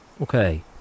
Okay